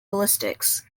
ballistics